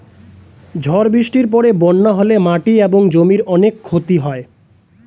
ঝড় বৃষ্টির পরে বন্যা হলে মাটি এবং জমির অনেক ক্ষতি হয়